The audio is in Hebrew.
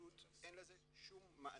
ופשוט אין לזה שום מענה.